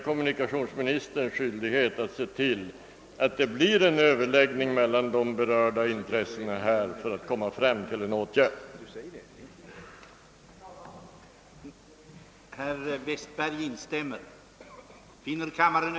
Kommunikationsministern bör ha skyldighet att se till att det kommer till stånd en överläggning mellan de berörda intressenterna, så att en åtgärd vidtas.